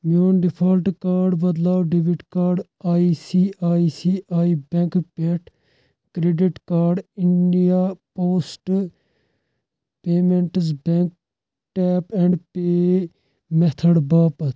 میون ڈیفالٹہٕ کارڈ بدلاو debit card I C I C I بیٚنٛکہٕ پٮ۪ٹھ credit card India Post Payments Bank tap and pay method باپتھ